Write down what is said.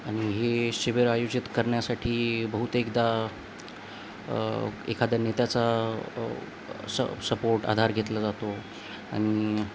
आणि हे शिबीर आयोजित करण्यासाठी बहुतेकदा एखाद्या नेत्याचा स सपोर्ट आधार घेतला जातो आणि